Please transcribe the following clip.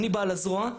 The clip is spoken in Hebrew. אני בעל הזרוע.